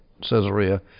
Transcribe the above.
Caesarea